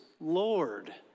Lord